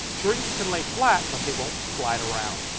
dreams can lay flat, but they won't slide around.